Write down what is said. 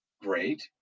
great